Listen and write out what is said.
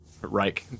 right